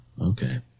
Okay